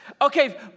okay